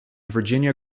virginia